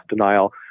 denial